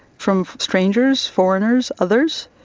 from strangers, foreigners, others,